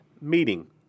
meeting